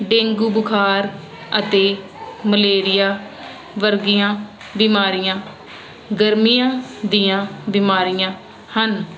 dengue ਬੁਖਾਰ ਅਤੇ malaria ਵਰਗੀਆਂ ਬਿਮਾਰੀਆਂ ਗਰਮੀਆਂ ਦੀਆਂ ਬਿਮਾਰੀਆ ਹਨ